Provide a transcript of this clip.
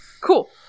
Cool